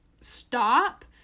stop